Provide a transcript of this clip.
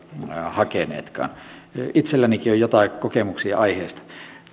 hakeneetkaan itsellänikin on joitain kokemuksia aiheesta